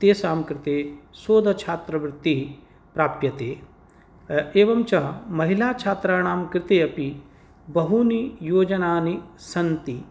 तेषां कृते शोधछात्रवृत्तिः प्राप्यते एवं च महिलाछात्राणां कृते अपि बहूनि योजनानि सन्ति